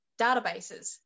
databases